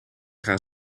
gaan